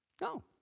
no